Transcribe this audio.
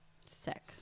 sick